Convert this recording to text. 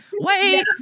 Wait